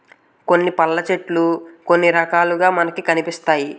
కొన్ని పళ్ళు చెట్లు కొన్ని రకాలుగా మనకి కనిపిస్తాయి